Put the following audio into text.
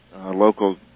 local